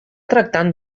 tractant